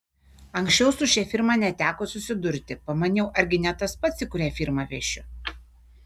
anksčiau su šia firma neteko susidurti pamaniau argi ne tas pats į kurią firmą vešiu